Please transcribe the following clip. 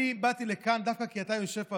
אני באתי לכאן דווקא כי אתה יושב פה,